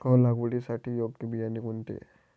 गहू लागवडीसाठी योग्य बियाणे कोणते?